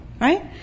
Right